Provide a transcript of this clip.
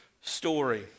story